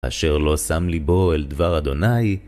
אשר לא שם ליבו אל דבר ה'.